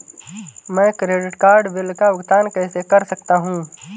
मैं credit card bill का भुगतान कैसे कर सकता हूं?